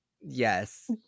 Yes